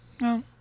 no